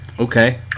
Okay